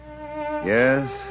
Yes